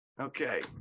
okay